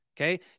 okay